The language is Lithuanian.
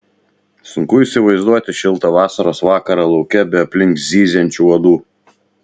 sunku įsivaizduoti šiltą vasaros vakarą lauke be aplink zyziančių uodų